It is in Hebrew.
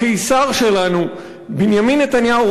הקיסר שלנו בנימין נתניהו,